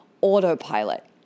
autopilot